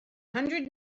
hundred